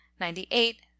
ninety-eight